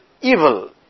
evil